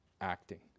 acting